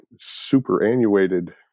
superannuated